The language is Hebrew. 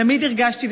תמיד הרגשתי,